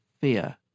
fear